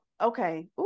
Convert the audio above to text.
okay